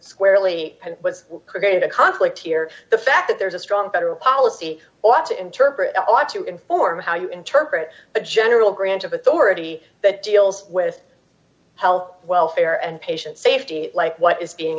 squarely was creating a conflict here the fact that there's a strong federal policy ought to interpret the law to inform how you interpret the general grant of authority that deals with health welfare and patient safety like what is being